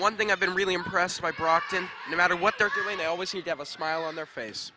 one thing i've been really impressed by brockton no matter what they're doing they always have a smile on their face